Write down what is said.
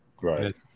Right